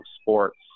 sports